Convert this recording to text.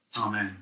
Amen